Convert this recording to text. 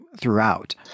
throughout